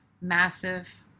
massive